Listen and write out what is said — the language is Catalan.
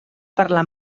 parlar